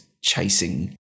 chasing